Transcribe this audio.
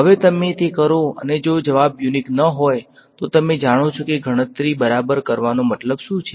હવે તમે તે કરો અને જો જવાબ યુનીક ન હોય તો તમે જાણો છો કે ગણતરી બરાબર કરવાનો મતલબ શું છે